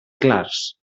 clars